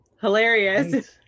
hilarious